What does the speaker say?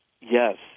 Yes